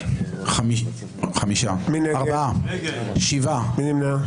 מי נמנע?